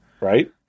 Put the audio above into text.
Right